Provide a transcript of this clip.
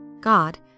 God